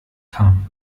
kam